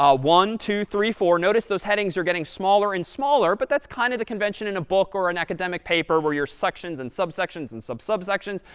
one, two, three, four notice those headings are getting smaller and smaller, but that's kind of the convention in a book or an academic paper where your sections and subsections and subsubsections,